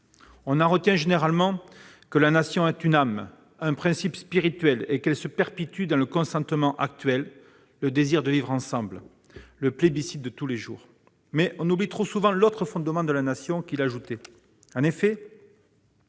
On en retient généralement que « la Nation est une âme, un principe spirituel » et qu'elle se perpétue par « le consentement actuel, le désir de vivre ensemble, le plébiscite de tous les jours », mais on oublie trop souvent que Renan ajoutait que si cette âme,